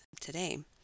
today